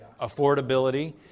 affordability